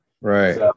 Right